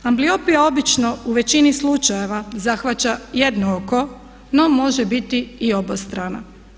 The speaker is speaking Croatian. Ambliopija obično u većini slučajeva zahvaća jedno oko no može biti i obostrana.